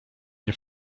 nie